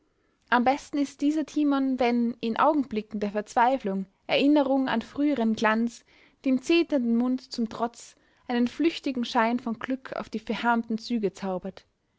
am besten ist dieser timon wenn in augenblicken der verzweiflung erinnerung an früheren glanz dem zeternden munde zum trotz einen flüchtigen schein von glück auf die verhärmten züge zaubert